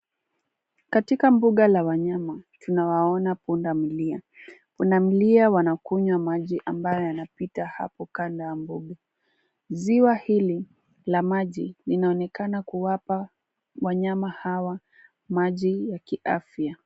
Katika mbuga la wanyama tunawaona punda milia, punda milia wanakunywa maji ambayo yanapita hapo kando ya mbuga. Ziwa hili la maji linaonekana kuwapa wanyama hawa maji ya kiafya.